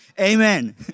Amen